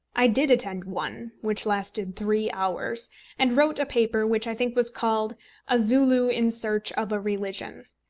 i did attend one which lasted three hours and wrote a paper which i think was called a zulu in search of a religion.